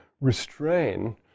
restrain